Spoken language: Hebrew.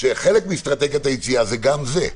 שחלק מאסטרטגיית היציאה זה גם זה.